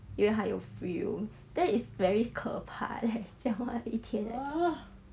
因为他有 free room that is very 可怕 leh 讲话一天: jiang hua yi tian